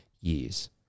years